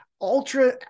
ultra